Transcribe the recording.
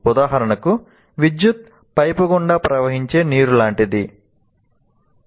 ఉదాహరణకు 'విద్యుత్తు పైపు గుండా ప్రవహించే నీరు లాంటిది'